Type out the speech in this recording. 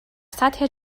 سطح